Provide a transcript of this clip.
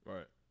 Right